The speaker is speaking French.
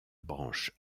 branche